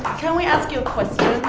can we ask you a question?